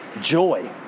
Joy